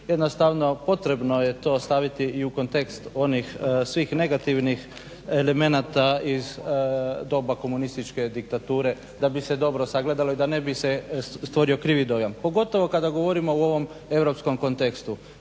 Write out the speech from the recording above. Jednostavno potrebno je to staviti i u kontekst onih svih negativnih elemenata iz doba komunističke diktature da bi se dobro sagledalo i da ne bi se stvorio krivi dojam, pogotovo kad govorimo u ovom europskom kontekstu.